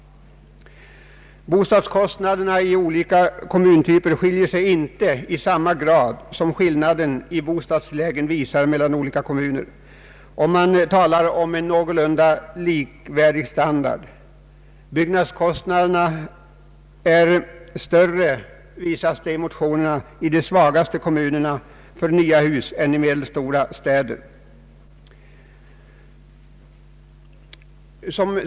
Bostadskostnaderna i olika kommuntyper skiljer sig inte i samma utsträckning som skillnaderna i fråga om bostadstilläggen, om man utgår från en någorlunda likvärdig standard. Byggnadskostnaderna för nya hus är — såsom framhålles i motionerna — större i de svagaste kommunerna än i medelstora städer.